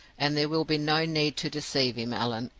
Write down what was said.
and there will be no need to deceive him, allan,